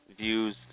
views